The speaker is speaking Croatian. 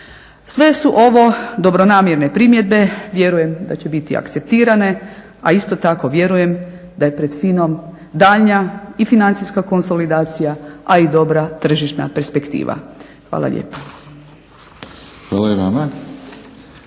Sve su ovo dobronamjerne primjedbe. Vjerujem da će biti akceptirane, a isto tako vjerujem da je pred FINA-om daljnja i financijska konsolidacija, a i dobra tržišna perspektiva. Hvala lijepa.